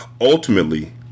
Ultimately